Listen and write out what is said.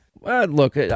Look